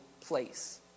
place